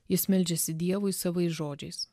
jis meldžiasi dievui savais žodžiais